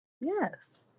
Yes